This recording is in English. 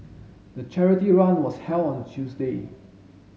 the charity run was held on Tuesday